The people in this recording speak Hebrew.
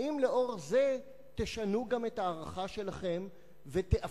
האם לאור זה תשנו גם את ההערכה שלכם ותאפשרו